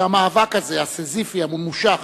שהמאבק הזה, הסיזיפי, הממושך,